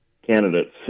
candidates